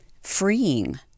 freeing